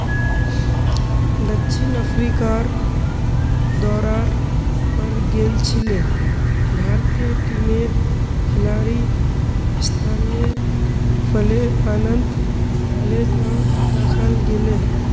दक्षिण अफ्रीकार दौरार पर गेल छिले भारतीय टीमेर खिलाड़ी स्थानीय फलेर आनंद ले त दखाल गेले